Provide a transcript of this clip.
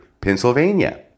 pennsylvania